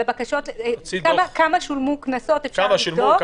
כמה קנסות שולמו אפשר לבדוק,